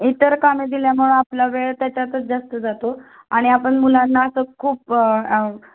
इतर कामं दिल्यामुळं आपला वेळ त्याच्यातच जास्त जातो आणि आपण मुलांना असं खूप